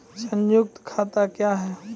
संयुक्त खाता क्या हैं?